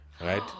Right